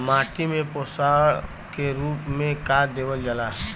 माटी में पोषण के रूप में का देवल जाला?